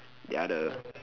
they are the